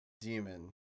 demon